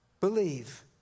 Believe